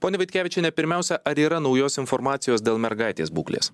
ponia vitkevičienė pirmiausia ar yra naujos informacijos dėl mergaitės būklės